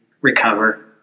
recover